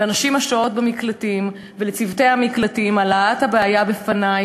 לנשים השוהות במקלטים ולצוותי המקלטים על העלאת הבעיה בפני.